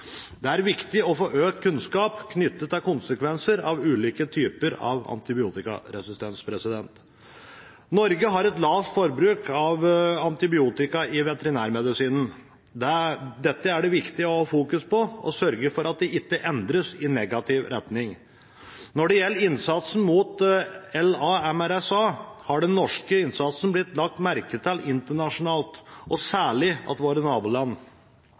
Det er viktig å få økt kunnskap knyttet til konsekvenser av ulike typer av antibiotikaresistens. Norge har et lavt forbruk av antibiotika i veterinærmedisinen. Dette er det viktig å fokusere på og sørge for ikke endres i negativ retning. Når det gjelder den norske innsatsen mot LA-MRSA, har den blitt lagt merke til internasjonalt – og særlig av våre naboland.